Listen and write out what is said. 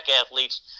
athletes